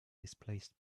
displaced